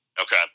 Okay